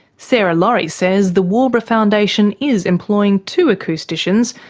sarah laurie says the waubra foundation is employing two acousticians,